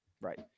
Right